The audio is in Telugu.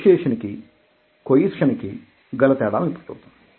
పెర్సుయేసన్ కీ కొయిర్షన్కీ గల తేడాలనిప్పుడు చూద్దాం